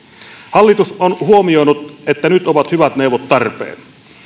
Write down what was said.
hallitus on huomioinut että nyt ovat hyvät neuvot tarpeen